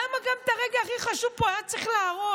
למה גם את הרגע הכי חשוב פה היה צריך להרוס?